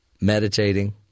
meditating